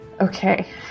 Okay